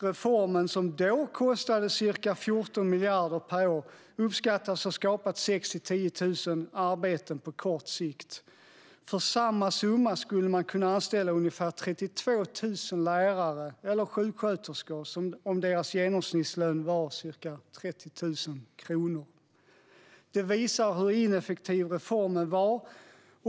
Reformen som då kostade ca 14 miljarder per år uppskattas ha skapat 6 000-10 000 jobb på kort sikt. För samma summa skulle man ha kunnat anställa ungefär 32 000 lärare eller sjuksköterskor om deras genomsnittslön var ca 30 000 kronor. Det visar hur ineffektiv reformen var.